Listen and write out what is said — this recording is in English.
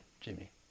Jimmy